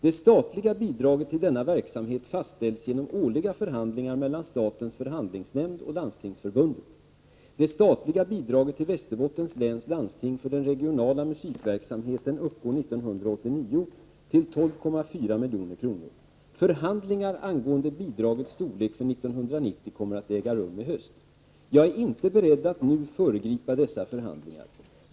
Det statliga bidraget till denna verksamhet fastställs genom årliga förhandlingar mellan statens förhandlingsnämnd och Landstingsförbundet. Det statliga bidraget till Västerbottens läns landsting för den regionala musikverksamheten uppgår 1989 till 12,4 milj.kr. Förhandlingar angående bidragets storlek för 1990 kommer att äga rum i höst. Jag är inte beredd att nu föregripa dessa förhandlingar.